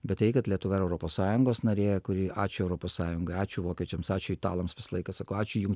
bet tai kad lietuva yra europos sąjungos narė kuri ačiū europos sąjungai ačiū vokiečiams ačiū italams visą laiką sakau ačiū jum